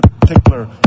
particular